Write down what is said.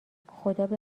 خدابه